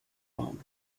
around